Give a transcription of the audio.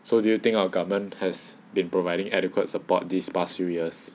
so do you think our government has been providing adequate support these past few years